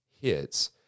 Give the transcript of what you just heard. hits